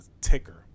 ticker